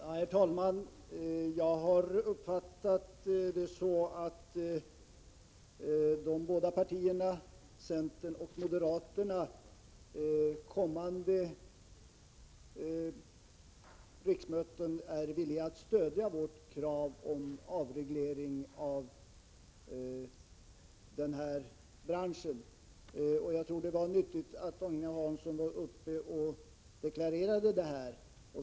Herr talman! Jag har uppfattat det så att centern och moderaterna under kommande riksmöten är villiga att stödja vårt krav om avreglering av den här branschen. Jag tror det var nyttigt att de deklarerade detta.